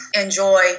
enjoy